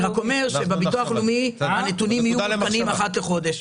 אני רק אומר שבביטוח הלאומי הנתונים יהיו מעודכנים אחת לחודש.